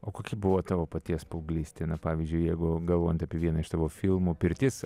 o kokia buvo tavo paties paauglystė na pavyzdžiui jeigu galvojant apie vieną iš savo filmų pirtis